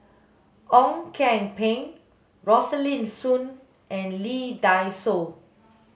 Ong Kian Peng Rosaline Soon and Lee Dai Soh